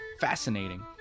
fascinating